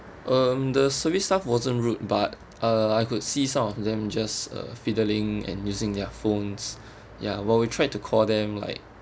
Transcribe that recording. um the service staff wasn't rude but uh I could see some of them just uh fiddling and using their phones ya while we tried to call them like